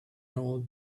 old